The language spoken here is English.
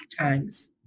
times